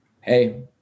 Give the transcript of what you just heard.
hey